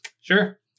sure